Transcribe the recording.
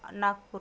Nagpur